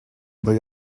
may